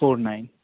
four nine